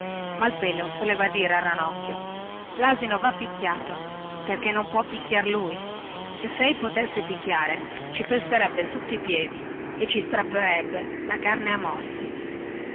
allora confidava a ranocchio lasino va picchiato perchè non può picchiar lui e sei potesse picchiare ci pesterebbe sotto i piedi e ci strapperebbe la carne a morsi